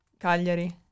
Cagliari